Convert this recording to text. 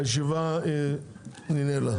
הישיבה נעולה.